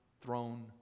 throne